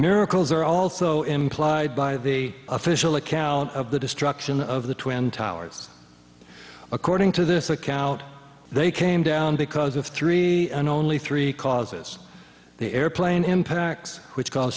miracles are also implied by the official account of the destruction of the twin towers according to this account they came down because of three and only three causes the airplane impacts which ca